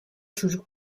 çocuk